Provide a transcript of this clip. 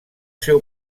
seu